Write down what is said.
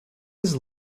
his